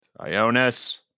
Ionis